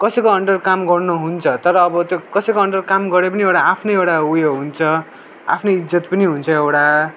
कसैको अन्डर काम गर्नुहुन्छ तर अब त्यो कसैको अन्डर काम गरे पनि एउटा आफ्नै एउटा उयो हुन्छ आफ्नै इज्जत पनि हुन्छ एउटा